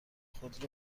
خود